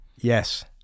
Yes